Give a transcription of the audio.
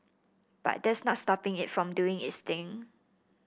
but that's not stopping it from doing its thing